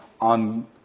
on